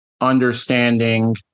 understanding